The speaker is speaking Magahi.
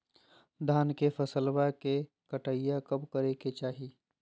धान के फसलवा के कटाईया कब करे के चाही?